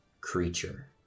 creature